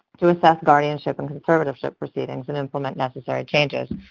to assess guardianship and conservatorship proceedings and implement necessary changes.